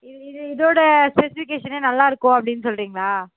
இதோட ஸ்பெசிஃபிகேஷனே நல்லாயிருக்கும் அப்படின்னு சொல்கிறிங்களா